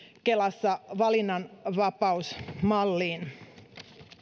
kelassa valinnanvapausmalliin